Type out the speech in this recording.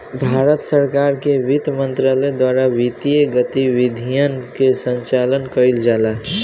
भारत सरकार के बित्त मंत्रालय द्वारा वित्तीय गतिविधियन के संचालन कईल जाला